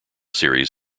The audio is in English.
series